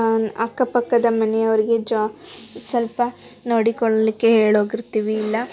ಅಕ್ಕಪಕ್ಕದ ಮನೆಯವರಿಗೆ ಜಾ ಸ್ವಲ್ಪ ನೋಡಿಕೊಳ್ಳಿಕ್ಕೆ ಹೇಳೋಗಿರ್ತೀವಿ ಇಲ್ಲ